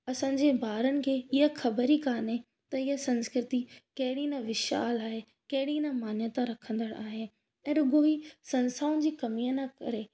असांजे ॿारनि खे ईअं ख़बर ई काने त हीअ संस्कृती कहिड़ी न विशाल आहे कहिड़ी न मान्यता रखंदणु आहे ऐं रुॻो ही संस्थाउनि जी कमीअ न करे